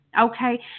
Okay